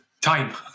time